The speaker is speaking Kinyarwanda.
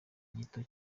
gito